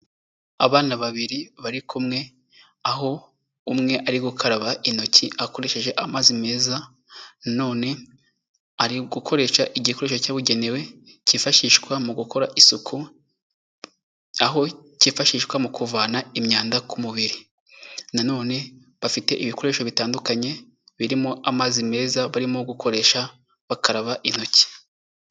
Abana babiri bari kumwe, aho umwe ari gukaraba intoki akoresheje amazi meza, nanone ari gukoresha igikoresho cyabugenewe cyifashishwa mu gukora isuku, aho kifashishwa mu kuvana imyanda ku mubiri. Nanone bafite ibikoresho bitandukanye, birimo amazi meza barimo gukoresha bakaraba intoki.